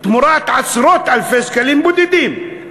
תמורת עשרות אלפי שקלים בודדים,